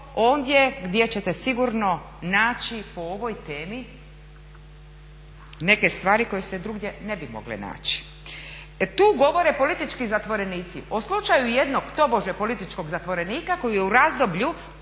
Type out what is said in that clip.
gdje ćete sigurno naći po ovoj temi neke stvari koje se drugdje ne bi mogle naći. Tu govore politički zatvorenici o slučaju jednog tobože političkog zatvorenika koji je u razdoblju